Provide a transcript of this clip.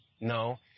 No